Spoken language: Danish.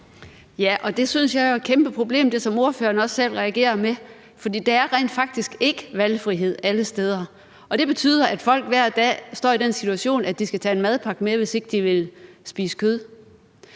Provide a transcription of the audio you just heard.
at sige, synes jeg jo er et kæmpeproblem. For der er rent faktisk ikke valgfrihed alle steder, og det betyder, at folk hver dag står i den situation, at de skal tage en madpakke med, hvis ikke de vil spise kød.